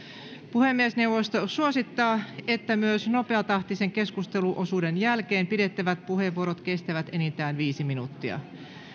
puhemiesneuvosto suosittaa että myös nopeatahtisen keskusteluosuuden jälkeen pidettävät puheenvuorot kestävät enintään viisi minuuttia